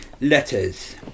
Letters